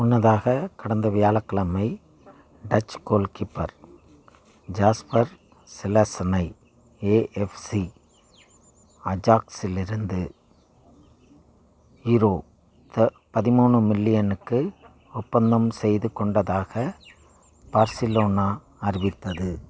முன்னதாக கடந்த வியாழக்கிழமை டச்சு கோல் கீப்பர் ஜாஸ்பர் சில்லெஸனை ஏஎஃப்சி அஜாக்ஸிலிருந்து இரோ த பதிமூணு மில்லியனுக்கு ஒப்பந்தம் செய்து கொண்டதாக பார்சிலோனா அறிவித்தது